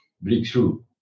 breakthrough